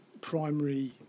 primary